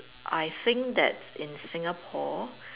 I think that in Singapore